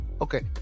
Okay